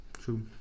True